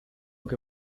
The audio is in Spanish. que